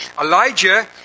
Elijah